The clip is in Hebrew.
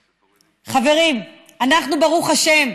חברים, אנחנו, ברוך השם,